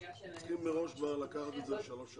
צריך מראש לקחת את זה לשלוש שנים.